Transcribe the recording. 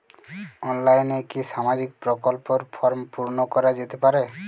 অনলাইনে কি সামাজিক প্রকল্পর ফর্ম পূর্ন করা যেতে পারে?